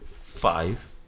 five